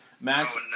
Max